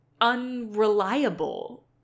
unreliable